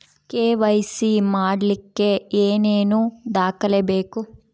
KYC ಮಾಡಲಿಕ್ಕೆ ಏನೇನು ದಾಖಲೆಬೇಕು?